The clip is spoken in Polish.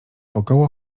wokoło